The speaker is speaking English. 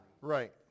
Right